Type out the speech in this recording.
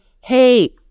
hey